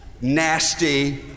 nasty